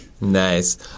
Nice